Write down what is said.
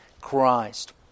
Christ